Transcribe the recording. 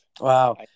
Wow